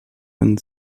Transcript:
können